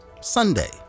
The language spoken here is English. Sunday